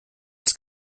als